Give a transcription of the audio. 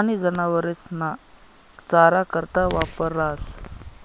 आनी जनावरेस्ना चारा करता वापरास